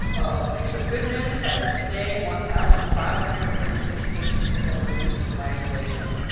ah piece of good news, as of today one thousand five hundred and thirty six patients have been released from isolation.